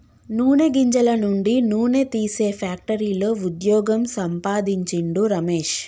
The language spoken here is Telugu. నూనె గింజల నుండి నూనె తీసే ఫ్యాక్టరీలో వుద్యోగం సంపాందించిండు రమేష్